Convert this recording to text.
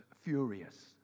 furious